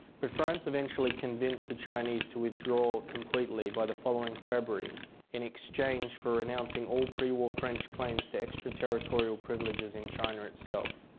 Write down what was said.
but france eventually convinced the chinese to withdraw completely by the following february in exchange for renouncing all pre-war french claims to extra territorial privileges in china itself.